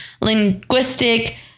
linguistic